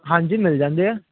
ਹਾਂਜੀ ਮਿਲ ਜਾਂਦੇ ਹੈ